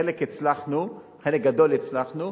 חלק הצלחנו, חלק גדול הצלחנו,